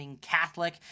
catholic